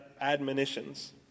admonitions